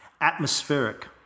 atmospheric